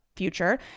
Future